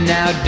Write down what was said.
Now